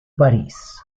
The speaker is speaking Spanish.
parís